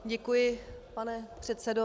Děkuji, pane předsedo.